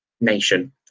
nation